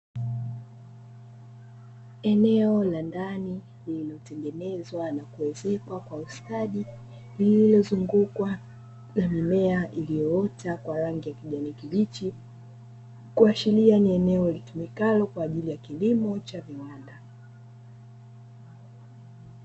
Eneo la ndani lililotengenezwa na kuezekwa kwa ustadi, lililozungukwa na mimea iliyoota kwa rangi ya kijani kibichi. Kuashiria ni eneo litumikalo kwa ajili ya kilimo cha viwanda.